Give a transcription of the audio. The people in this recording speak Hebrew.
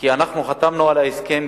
כי אנחנו חתמנו על ההסכם,